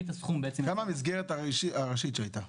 כמה המסגרת הראשית שהייתה?